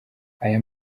aya